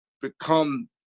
Become